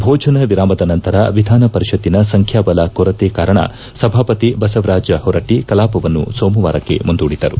ಭೋಜನ ವಿರಾಮದ ನಂತರ ವಿಧಾನ ಪರಿಷತ್ತಿನ ಸಂಖ್ಯಾ ಬಲ ಕೊರತೆ ಕಾರಣ ಸಭಾಪತಿ ಬಸವರಾಜ್ ಹೊರಟ್ಟಿ ಕಲಾಪವನ್ನು ಸೋಮವಾರಕ್ಕೆ ಮುಂದೂಡಿದರು